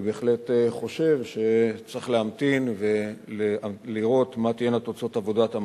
אני בהחלט חושב שצריך להמתין ולראות מה תהיינה תוצאות עבודת המטה,